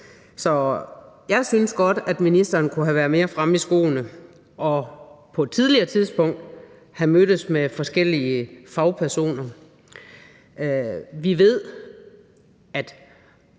Så jeg synes godt, at ministeren kunne have været mere fremme i skoene og på et tidligere tidspunkt have mødtes med forskellige fagpersoner. Vi ved, at